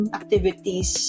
activities